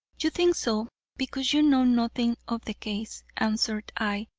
you think so because you know nothing of the case, answered i.